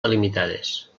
delimitades